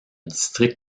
district